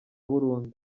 burundu